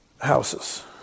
houses